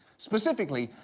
specifically,